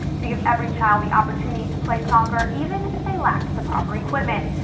to give every child the opportunity to play soccer, even if they lacked the proper equipment.